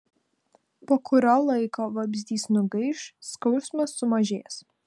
po kurio laiko vabzdys nugaiš skausmas sumažės